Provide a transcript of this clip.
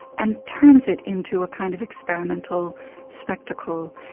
and turns it into a kind of experimental spectacle.